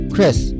Chris